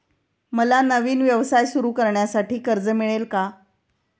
मला नवीन व्यवसाय सुरू करण्यासाठी कर्ज मिळेल का?